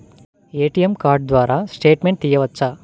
ATM card ద్వారా statement తీయవచ్చా?